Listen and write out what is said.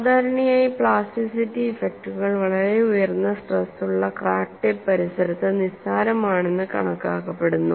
സാധാരണയായി പ്ലാസ്റ്റിറ്റിസിറ്റി ഇഫക്റ്റുകൾ വളരെ ഉയർന്ന സ്ട്രെസ് ഉള്ള ക്രാക്ക് ടിപ്പ് പരിസരത്ത് നിസാരമാണെന്ന് കണക്കാക്കപ്പെടുന്നു